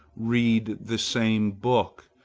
read the same book,